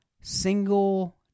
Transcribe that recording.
single